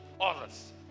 others